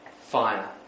fire